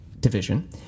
division